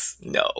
No